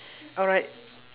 alright